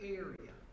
area